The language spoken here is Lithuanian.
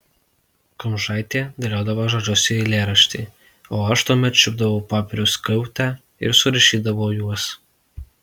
kumžaitė dėliodavo žodžius į eilėraštį o aš tuomet čiupdavau popieriaus skiautę ir surašydavau juos